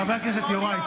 חבר הכנסת יוראי,